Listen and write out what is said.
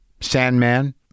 Sandman